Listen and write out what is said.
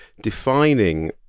defining